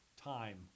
time